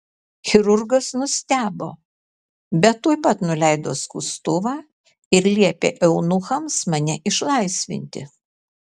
chirurgas nustebo bet tuoj pat nuleido skustuvą ir liepė eunuchams mane išlaisvinti